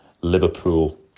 Liverpool